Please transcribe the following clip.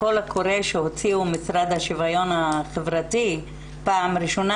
הקול הקורא שהוציא המשרד לשוויון חברתי בפעם הראשונה,